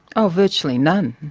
oh virtually none,